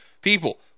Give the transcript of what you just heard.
People